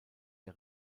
der